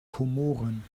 komoren